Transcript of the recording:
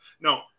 No